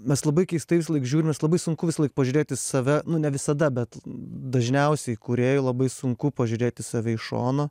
mes labai keistai visąlaik žiūrim nes labai sunku visąlaik pažiūrėti į save nu ne visada bet dažniausiai kūrėjui labai sunku pažiūrėt į save iš šono